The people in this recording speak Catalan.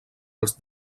els